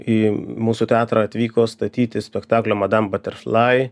į mūsų teatrą atvyko statyti spektaklio madam baterflai